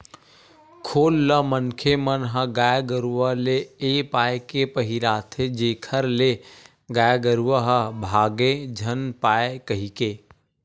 खोल ल मनखे मन ह गाय गरुवा ले ए पाय के पहिराथे जेखर ले गाय गरुवा ह भांगे झन पाय कहिके